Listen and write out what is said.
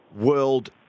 World